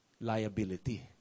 liability